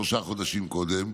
שלושה חודשים קודם,